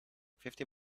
fifty